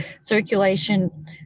circulation